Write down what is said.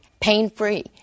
pain-free